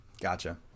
gotcha